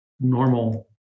normal